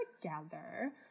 together